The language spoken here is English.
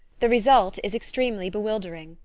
the result is extremely bewildering,